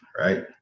Right